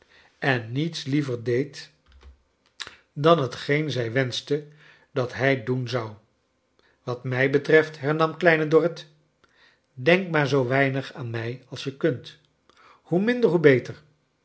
en niets liever deed dan hetgeen zij wenschte dat hij doen zou wat mij betreft hemam kleine dorrit denk maar zoo weinig aan mij als je kunt hoe minder hoe beter